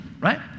right